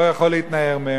הוא לא יכול להתנער מהם,